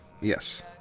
Yes